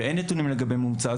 ואין נתונים לגבי ממוצע,